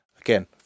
Again